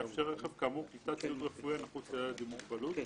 יאפשר רכב כאמור קליטת ציוד רפואי הנחוץ לילד עם מוגבלות.